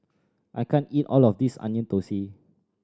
I can't eat all of this Onion Thosai